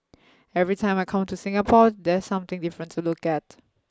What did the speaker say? every time I come to Singapore there's something different to look at